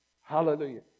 Hallelujah